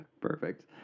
Perfect